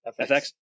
FX